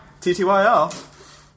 TTYL